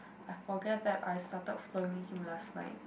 I forget that I started following him last night